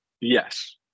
yes